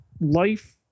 life